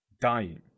dying